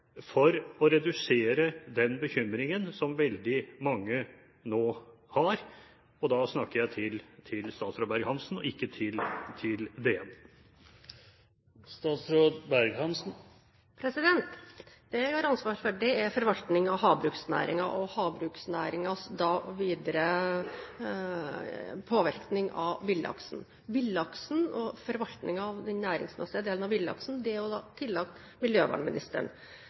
for å redusere den bekymringen som veldig mange nå har. Og da snakker jeg til statsråd Berg-Hansen og ikke til DN. Det jeg har ansvaret for, er forvaltningen av havbruksnæringen og havbruksnæringens videre påvirkning på villaksen. Villlaksen og forvaltningen av den næringsmessige delen av villaksen er tillagt miljøvernministeren. Jeg og miljøvernministeren